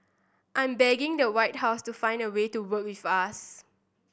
I'm begging the White House to find a way to work with us